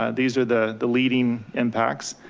ah these are the the leading impacts.